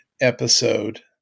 episode